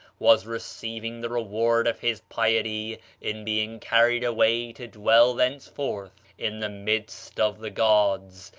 was receiving the reward of his piety in being carried away to dwell thenceforth in the midst of the gods,